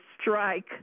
strike